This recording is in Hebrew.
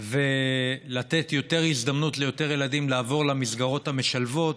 ולתת יותר הזדמנות ליותר ילדים לעבור למסגרות המשלבות,